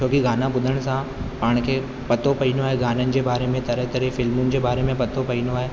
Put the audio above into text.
छो की गाना ॿुधण सां पाण खे पतो पईंदो आहे गाननि जे बारे में तरह तरह जूं फिल्मुनि जे बारे में पतो पईंदो आहे